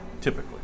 Typically